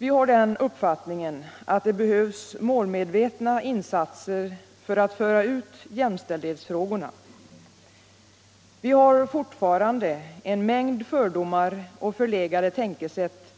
Vi har den uppfattningen att det behövs målmedvetna insatser för att föra ut jämställdhetsfrågorna. Det finns fortfarande en mängd fördomar och förlegade tänkesätt